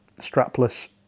strapless